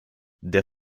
der